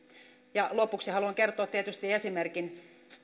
lopuksi haluan kertoa tietysti esimerkin